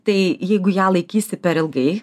tai jeigu ją laikysi per ilgai